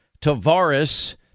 Tavares